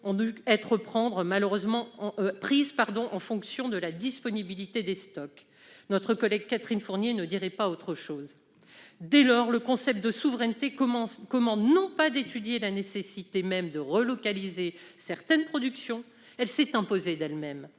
dû être prises en fonction de la disponibilité des stocks. Notre collègue Catherine Fournier ne dirait pas autre chose ... Dès lors, le principe de souveraineté commande non pas d'étudier la nécessité même de relocaliser certaines productions- elle s'est imposée d'elle-même